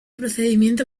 procedimiento